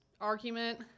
argument